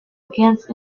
against